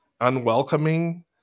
unwelcoming